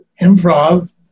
improv